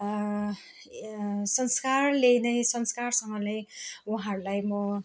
संस्कारले नै संस्कारसँगले उहाँहरूलाई म